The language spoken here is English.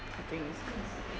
I think it's cause